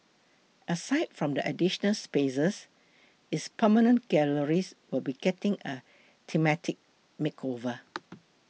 aside from the additional spaces its permanent galleries will be getting a thematic makeover